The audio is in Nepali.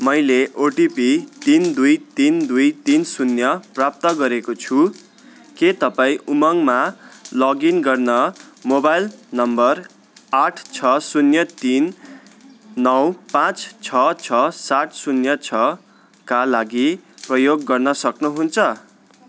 मैले ओटिपी तिन दुई तिन दुई तिन शून्य प्राप्त गरेको छु के तपाईँँ उमङमा लगइन गर्न मोबाइल नम्बर आठ छ शून्य तिन नौ पाँच छ छ सात शून्य छ का लागि प्रयोग गर्न सक्नुहुन्छ